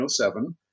1907